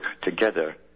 together